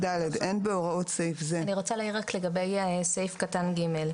" אני רוצה להעיר לגבי סעיף קטן ג'.